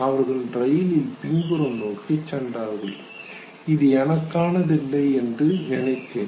அவர்கள் ரயிலில் பின்புறம் நோக்கி சென்றார்கள் இது எனக்கானது இல்லை என்று நினைத்தேன்